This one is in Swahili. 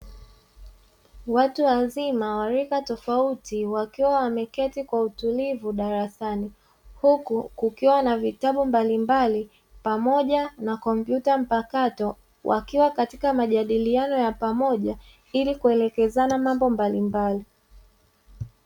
Watu wazima wa rika tofauti wakiwa wameketi kwa utulivu darasani, huku kukiwa na vitabu mbalimbali pamoja na kompyuta mpakato, wakiwa katika majadiliano ya pamoja ili kuelekezana mambo mbalimbali.